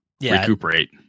recuperate